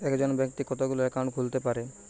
একজন ব্যাক্তি কতগুলো অ্যাকাউন্ট খুলতে পারে?